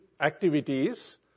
activities